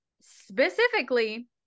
specifically